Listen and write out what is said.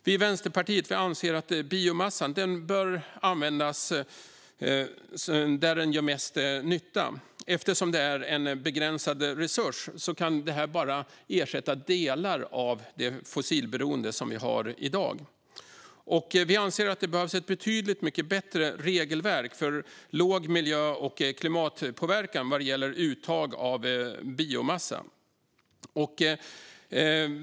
Vi i Vänsterpartiet anser att biomassan bör användas där den gör mest nytta eftersom den är en begränsad resurs som bara kan ersätta delar av det fossilberoende som vi har i dag. Vi anser att det behövs betydligt mycket bättre regelverk för låg miljö och klimatpåverkan vad gäller uttag av biomassa.